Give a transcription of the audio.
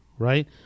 right